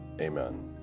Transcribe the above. Amen